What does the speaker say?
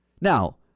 Now